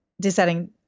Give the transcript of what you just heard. deciding